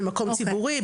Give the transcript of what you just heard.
במקום ציבורי,